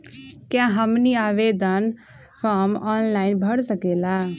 क्या हमनी आवेदन फॉर्म ऑनलाइन भर सकेला?